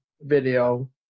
video